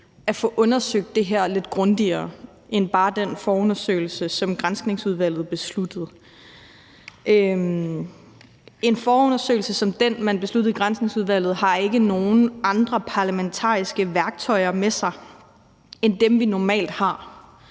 at få undersøgt det her lidt grundigere end bare med den forundersøgelse, som Granskningsudvalget besluttede. En forundersøgelse som den, man besluttede i Granskningsudvalget, har ikke nogen andre parlamentariske værktøjer med sig end dem, vi normalt har,